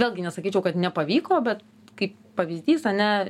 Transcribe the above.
vėlgi nesakyčiau kad nepavyko bet kaip pavyzdys ane